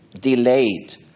delayed